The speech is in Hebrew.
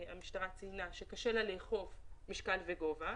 המשטרה ציינה שקשה לה לאכוף משקל וגובה,